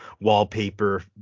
wallpaper